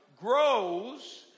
grows